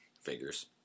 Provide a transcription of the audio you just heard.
Figures